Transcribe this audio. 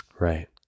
right